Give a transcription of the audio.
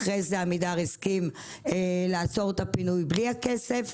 ואחר כך עמידר הסכימה לעצור את הפינוי בלי הכסף,